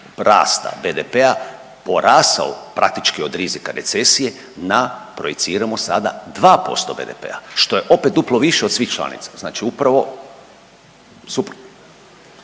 rasta BDP-a porasao praktički od rizika recesije na projiciramo sada 2% BDP-a što je opet duplo više od svih članica, znači upravo suprotno.